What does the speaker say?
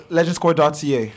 Legendscore.ca